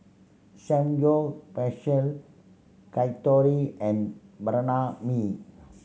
Samgeyopsal Yakitori and Mi